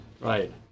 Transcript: right